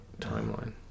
Timeline